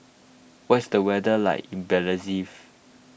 what is the weather like in Belize